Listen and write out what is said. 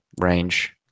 range